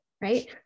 right